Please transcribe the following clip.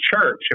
church